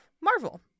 marvel